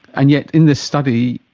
and yet in this study,